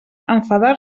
enfadar